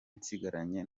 nsigaranye